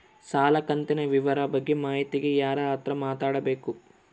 ಸಾಲ ಕಂತಿನ ವಿವರ ಬಗ್ಗೆ ಮಾಹಿತಿಗೆ ಯಾರ ಹತ್ರ ಮಾತಾಡಬೇಕು?